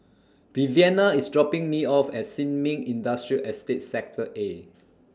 Viviana IS dropping Me off At Sin Ming Industrial Estate Sector A